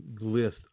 list